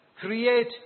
Create